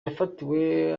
yafatiwe